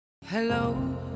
Hello